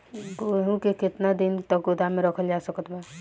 गेहूँ के केतना दिन तक गोदाम मे रखल जा सकत बा?